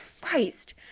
Christ